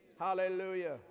Hallelujah